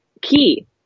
key